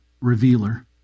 revealer